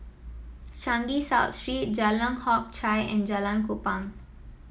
Changi South Street Jalan Hock Chye and Jalan Kupang